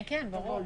ברור.